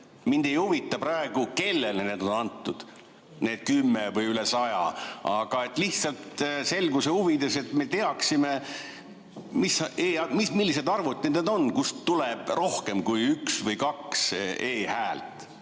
mind ei huvita praegu, kellele on antud need kümme häält või üle saja hääle, aga lihtsalt selguse huvides, et me teaksime, mis arvutid need on, kust tuleb rohkem kui üks või kaks e-häält.